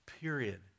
period